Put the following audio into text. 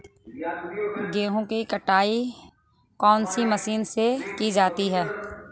गेहूँ की कटाई कौनसी मशीन से की जाती है?